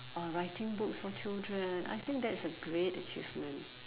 or writing books for children I think that's a great achievement